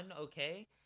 okay